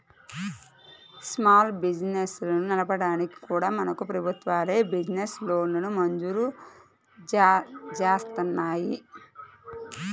small బిజినెస్లను నడపడానికి కూడా మనకు ప్రభుత్వాలే బిజినెస్ లోన్లను మంజూరు జేత్తన్నాయి